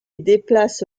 déplace